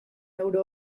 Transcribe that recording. euro